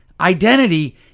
identity